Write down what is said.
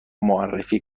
معرفی